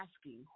asking